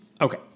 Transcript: Okay